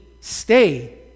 stay